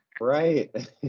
Right